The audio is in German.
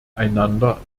einander